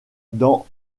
dans